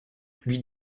lui